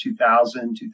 2000